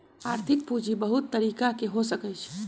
आर्थिक पूजी बहुत तरिका के हो सकइ छइ